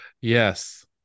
Yes